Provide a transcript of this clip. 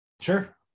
Sure